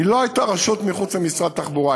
לא הייתה רשות מחוץ למשרד התחבורה,